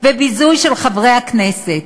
וביזוי של חברי הכנסת.